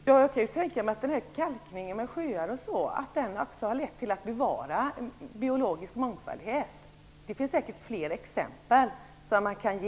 Herr talman! Kalkningen av sjöar har också lett till ett bevarande av biologisk mångfald. Det finns säkert fler exempel som man kan ge.